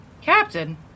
Captain